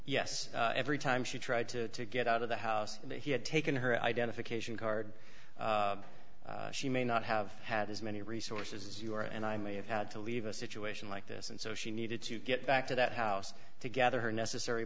yes every time she tried to get out of the house he had taken her identification card she may not have had as many resources as you are and i may have had to leave a situation like this and so she needed to get back to that house to gather her necessary